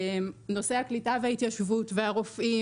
נושא הקליטה וההתיישבות והרופאים,